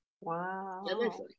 Wow